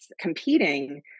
competing